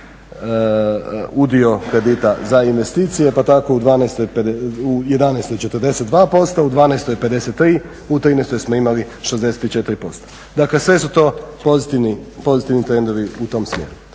udio kredita za investicije, pa tako u '11. 42%, u '12. 53, u '13. smo imali 64%. Dakle sve su to pozitivni trendovi u tom smjeru.